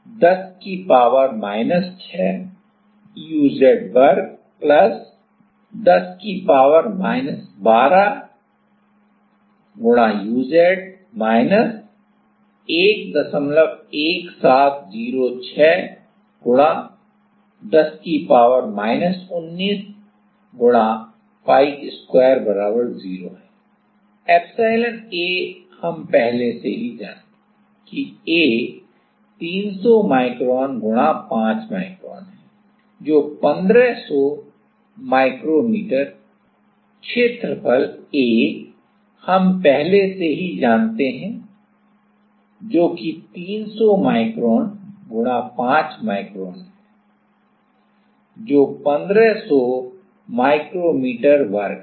तो यह है eps A हम पहले से ही जानते हैं कि A 300 माइक्रोन गुणा 5 माइक्रोन है जो 1500 माइक्रोमीटर वर्ग है